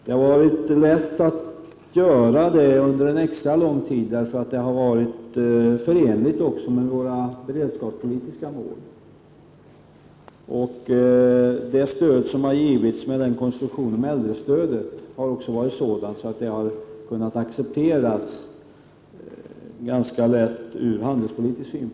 Det har varit lätt att göra det under en extra lång tid, eftersom det har varit förenligt även med våra beredskapspolitiska mål. Det stöd som har givits med konstruktionen av äldrestöd har varit sådant att det har varit ganska lätt att acceptera ur handelspolitisk synpunkt.